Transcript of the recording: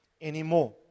anymore